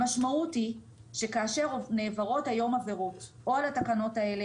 המשמעות היא שכאשר נעברות היום עבירות או על התקנות האלה